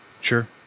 Sure